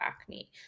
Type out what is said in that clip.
acne